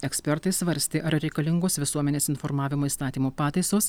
ekspertai svarstė ar reikalingos visuomenės informavimo įstatymo pataisos